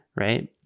right